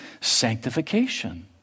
sanctification